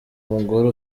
mugore